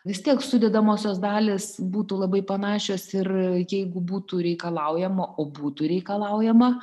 vis tiek sudedamosios dalys būtų labai panašios ir jeigu būtų reikalaujama o būtų reikalaujama